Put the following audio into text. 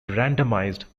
randomized